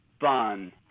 fun